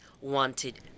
wanted